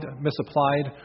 misapplied